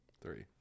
Three